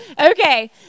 Okay